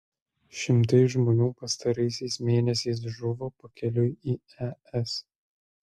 šimtai žmonių pastaraisiais mėnesiais žuvo pakeliui į es